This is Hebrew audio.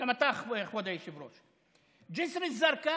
וגם אתה כבוד היושב-ראש: ג'יסר א-זרקא,